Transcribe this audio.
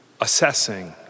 assessing